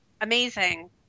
amazing